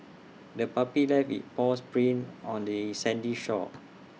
the puppy left its paws prints on the sandy shore